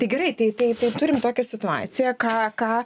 tai gerai tai tai tai turim tokią situaciją ką ką